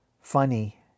funny